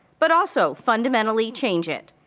but also fundamentally change it.